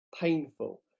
painful